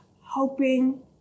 hoping